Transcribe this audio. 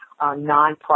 nonprofit